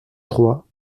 trois